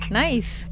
nice